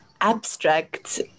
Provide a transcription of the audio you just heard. abstract